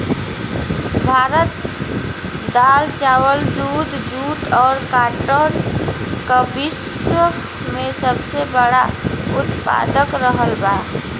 भारत दाल चावल दूध जूट और काटन का विश्व में सबसे बड़ा उतपादक रहल बा